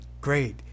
great